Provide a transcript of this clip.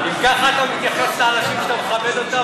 אם ככה אתה מתייחס לאנשים שאתה מכבד אותם,